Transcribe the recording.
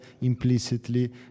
implicitly